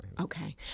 Okay